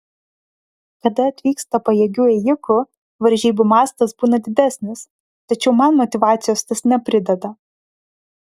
kada atvyksta pajėgių ėjikų varžybų mastas būna didesnis tačiau man motyvacijos tas neprideda